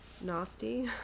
nasty